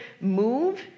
move